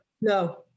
no